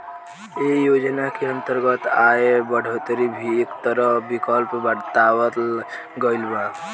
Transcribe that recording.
ऐ योजना के अंतर्गत आय बढ़ोतरी भी एक तरह विकल्प बतावल गईल बा